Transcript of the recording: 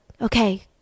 Okay